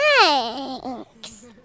Thanks